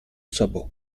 sabot